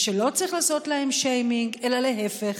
ושלא צריך לעשות להם שיימינג אלא להפך,